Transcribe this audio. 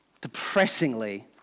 depressingly